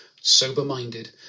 sober-minded